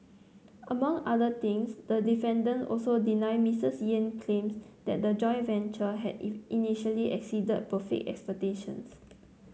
among other things the defendant also deny Mistress Yen's claims that the joint venture had if initially exceeded profit expectations